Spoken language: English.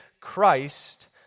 Christ